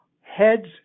heads